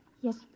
Yes